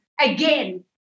again